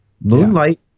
moonlight